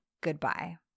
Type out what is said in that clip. goodbye